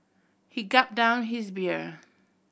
he gulped down his beer